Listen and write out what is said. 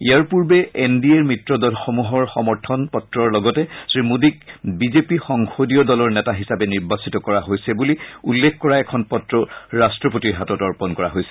ইয়াৰ পূৰ্বে এন ডি এৰ মিত্ৰদলসমূহৰ সমৰ্থন পত্ৰৰ লগতে শ্ৰীমোদীক বিজেপি সংসদীয় দলৰ নেতা হিচাপে নিৰ্বাচিত কৰা হৈছে বুলি উল্লেখ কৰা এখন পত্ৰ ৰট্টপতিৰ হাতত অৰ্পণ কৰা হৈছিল